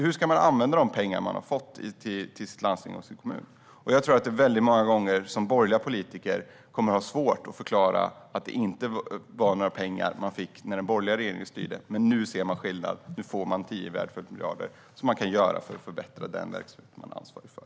Hur ska man använda de pengar man har fått till sitt landsting och sin kommun? Jag tror att borgerliga politiker många gånger kommer att ha svårt att förklara att man inte fick några pengar när den borgerliga regeringen styrde. Men nu ser man skillnad. Nu får man 10 välfärdsmiljarder som man kan använda för att förbättra den verksamhet man är ansvarig för.